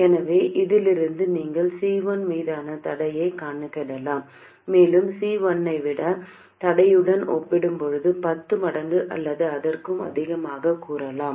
எனவே இதிலிருந்து நீங்கள் C1 மீதான தடையைக் கணக்கிடலாம் மேலும் C1ஐத் தடையுடன் ஒப்பிடும்போது பத்து மடங்கு அல்லது அதற்கும் அதிகமாகக் கூறலாம்